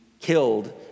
killed